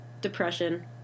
Depression